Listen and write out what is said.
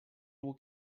will